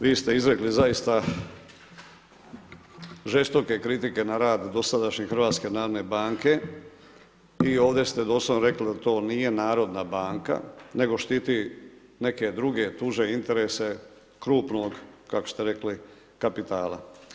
Vi ste izrekli zaista žestoke kritike na rad dosadašnje HNB i ovdje ste doslovno rekli da to nije narodna banka, nego štiti neke druge, tuže interese krupnog, kako ste rekli kapitala.